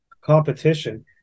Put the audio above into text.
competition